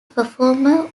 performer